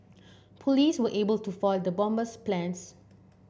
police were able to foil the bomber's plans